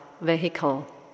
vehicle